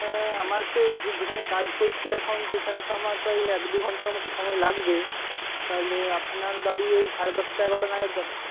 আমার তো এদের যেখানে কাজ করছি এখন সেখানে তো আমার প্রায় এক দু ঘন্টার মতো সময় লাগবে তাহলে আপনার বাড়ি ওই সাড়ে দশটা এগারোটা নাগাদ যাচ্ছি